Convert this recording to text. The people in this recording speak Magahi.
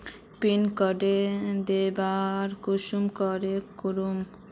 पिन कोड दोबारा कुंसम करे करूम?